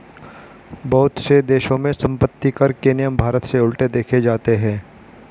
बहुत से देशों में सम्पत्तिकर के नियम भारत से उलट देखे जाते हैं